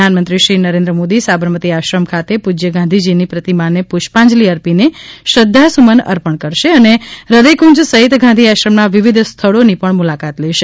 પ્રધાનમંત્રી શ્રી નરેન્દ્ર મોદી સાબરમતી આશ્રમ ખાતે પૂજ્ય ગાંધીજીની પ્રતિમાને પુષ્પાંજલી અર્પીને શ્રધ્ધાસુમન અર્પણ કરશે અને હદયકુંજ સહિત ગાંધીઆશ્રમના વિવિધ સ્થળોની પણ મુલાકાત લેશે